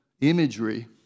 imagery